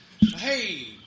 Hey